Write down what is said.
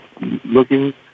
looking